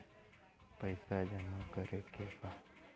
पैसा जमा करे के बा?